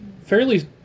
fairly